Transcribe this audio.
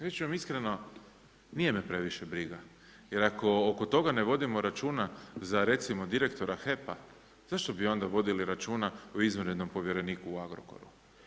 Reći ću vam iskreno, nije me previše briga jer ako oko toga ne vodimo računa za recimo direktora HEP-a, zašto bi onda vodili računa o izvanrednom povjereniku u Agrokoru?